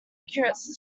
accurate